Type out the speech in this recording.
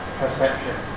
perception